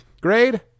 Grade